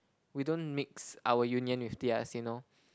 we don't mix our union with theirs you know